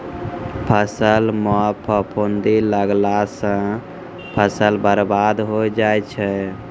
फसल म फफूंदी लगला सँ फसल बर्बाद होय जाय छै